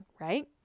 Right